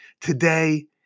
Today